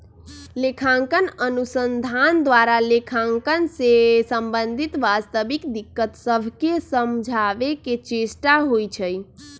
लेखांकन अनुसंधान द्वारा लेखांकन से संबंधित वास्तविक दिक्कत सभके समझाबे के चेष्टा होइ छइ